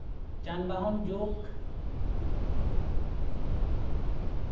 ᱡᱟᱱᱵᱟᱦᱚᱱ ᱡᱩᱜᱽ